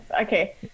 Okay